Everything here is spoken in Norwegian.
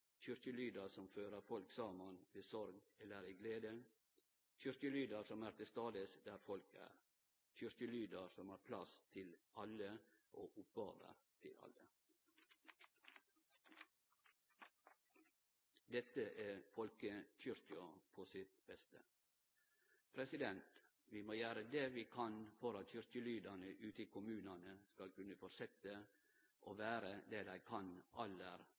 som fører folk saman, ved sorg eller i glede. Kyrkjelydar som er til stades der folk er. Kyrkjelydar som har plass til alle og oppgåver til alle. Dette er folkekyrkja på sitt beste! Vi må gjere det vi kan for at kyrkjelydane ute i kommunane skal kunne fortsetje å vere det dei kan aller,